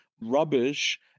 rubbish